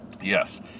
yes